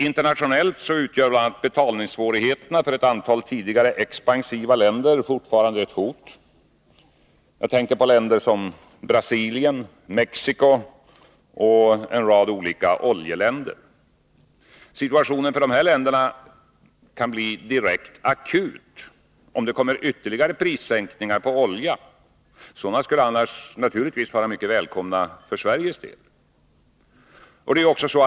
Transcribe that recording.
Internationellt utgör bl.a. betalningssvårigheterna för ett antal tidigare expansiva länder fortfarande ett hot. Jag tänker på länder som Brasilien, Mexico och en rad olika oljeländer. Situationen för dessa länder kan bli direkt akut, om det kommer ytterligare prissänkningar på olja. Sådana skulle annars naturligtvis vara mycket välkomna för Sveriges del.